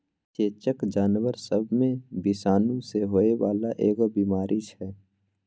चेचक जानबर सब मे विषाणु सँ होइ बाला एगो बीमारी छै